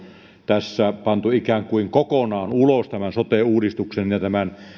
tässä pantu ikään kuin kokonaan ulos tämän sote uudistuksen ja tämän